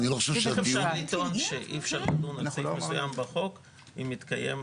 איך אפשר לטעון שאי אפשר לדון על סעיף מסוים בחוק אם מתקיים,